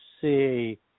see